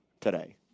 today